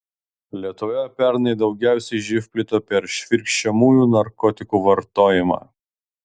lietuvoje pernai daugiausiai živ plito per švirkščiamųjų narkotikų vartojimą